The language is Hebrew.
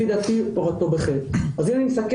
צריך לבסס